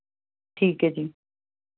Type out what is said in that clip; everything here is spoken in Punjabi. ਠੀਕ ਹੈ ਜੀ